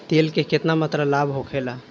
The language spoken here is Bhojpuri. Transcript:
तेल के केतना मात्रा लाभ होखेला?